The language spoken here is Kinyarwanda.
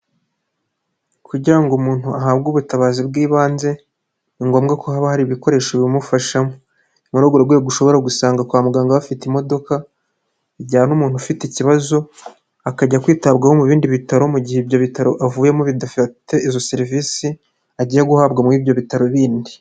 Kugira ngo umuntu ahabwe ubutabazi bw'ibanze, ni ngombwa ko haba hari ibikoresho bimufashamo, ni muri urwo rwego ushobora gusanga kwa muganga bafite imodoka zijyana umuntu ufite ikibazo, akajya kwitabwaho mu bindi bitaro, mu gihe ibyo bitaro avuyemo bidafite izo serivisi agiye guhabwa muri ibyo bitaro bindi.